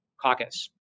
caucus